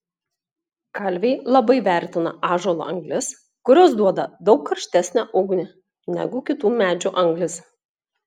kalviai labai vertina ąžuolo anglis kurios duoda daug karštesnę ugnį negu kitų medžių anglys